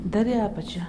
dar į apačią